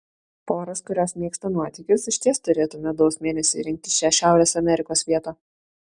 poros kurios mėgsta nuotykius išties turėtų medaus mėnesiui rinktis šią šiaurės amerikos vietą